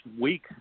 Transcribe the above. week